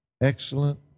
excellent